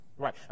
right